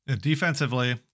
Defensively